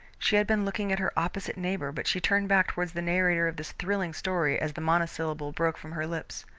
she had been looking at her opposite neighbour but she turned back towards the narrator of this thrilling story as the monosyllable broke from her lips.